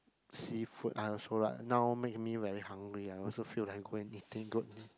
seafood I also like now make me very hungry I also feel like going eating good